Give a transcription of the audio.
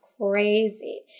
crazy